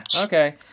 okay